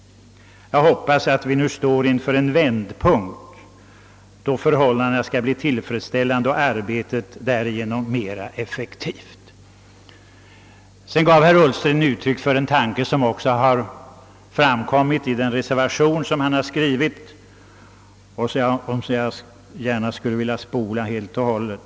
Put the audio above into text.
Jag hoppas att vi nu står inför en vändpunkt då förhållandena skall bli tillfredsställande och arbetet därigenom mera effektivt. Herr Ullsten gav uttryck åt en tanke som också återfinns i hans reservation och som jag skulle vilja spola helt och hållet.